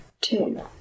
two